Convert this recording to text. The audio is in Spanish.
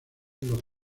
los